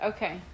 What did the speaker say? Okay